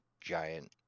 giant